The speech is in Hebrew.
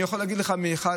אני יכול להגיד לך מניסיון,